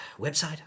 Website